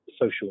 social